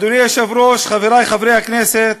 אדוני היושב-ראש, חברי חברי הכנסת,